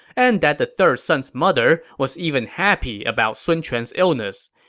and that the third son's mother was even happy about sun quan's illness.